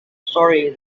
sorry